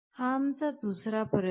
हा आमचा दुसरा प्रयोग आहे